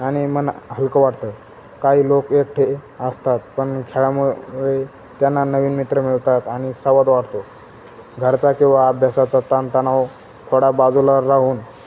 आणि मन हलकं वाटतं काही लोकं एकटे असतात पण खेळामुळे त्यांना नवीन मित्र मिळतात आणि संवाद वाढतो घरचा किंवा अभ्यासाचा ताण तणाव थोडा बाजूला राहून